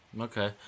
Okay